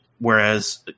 Whereas